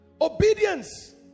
Obedience